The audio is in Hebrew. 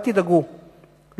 אל תדאגו,